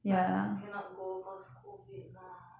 but cannot go cause COVID mah